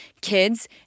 kids